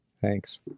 Thanks